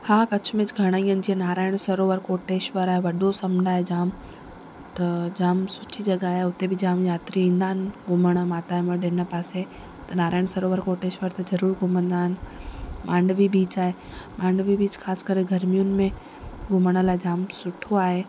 हा कच्छ में च घणेई जीअं नारायण सरोवर कोटेश्वर आहे वॾो समुंड आहे जाम त जाम सुठी जॻह आहे हिते बि जाम यात्री ईंदा आहिनि घुमण माता जो मढ हिन पासे त नारायण सरोवर कोटेश्वर त ज़रूरु घुमंदा आहिनि मांडवी बीच आहे मांडवी बीच ख़ासि करे गर्मियुनि में घुमण लाइ जाम सुठो आहे